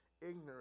ignorant